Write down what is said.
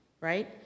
right